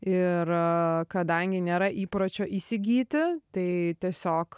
ir kadangi nėra įpročio įsigyti tai tiesiog